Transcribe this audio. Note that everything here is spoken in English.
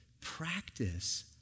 practice